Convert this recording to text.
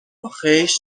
آخیش